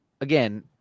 again